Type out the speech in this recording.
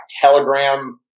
Telegram